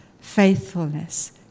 faithfulness